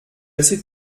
assez